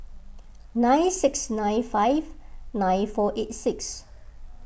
nine six nine five nine four eight six